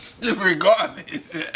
Regardless